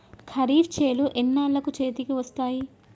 ఖరీఫ్ చేలు ఎన్నాళ్ళకు చేతికి వస్తాయి?